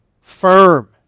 firm